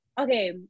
okay